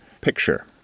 picture